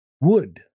wood